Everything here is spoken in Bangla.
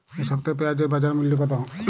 এ সপ্তাহে পেঁয়াজের বাজার মূল্য কত?